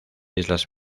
islas